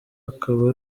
akaba